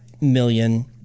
million